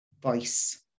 Voice